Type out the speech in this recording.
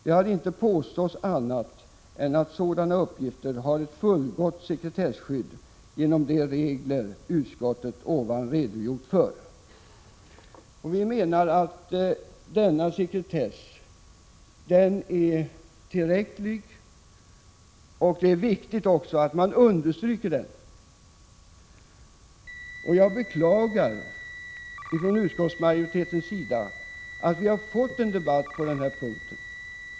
Det har inte påståtts annat än att sådana uppgifter har ett fullgott sekretesskydd genom de regler utskottet ovan redogjort för.” Jag menar att denna sekretess är tillräcklig. Det är också viktigt att stryka under den. Jag beklagar ifrån utskottsmajoritetens sida att vi har fått en debatt på den här punkten.